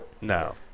No